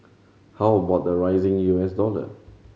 how about the rising U S dollar